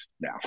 now